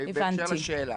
בהקשר לשאלה.